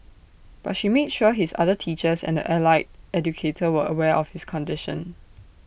but she made sure his other teachers and the allied educator were aware of his condition